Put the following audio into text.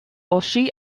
oschi